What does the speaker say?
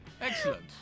Excellent